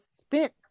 spent